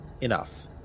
Enough